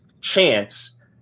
chance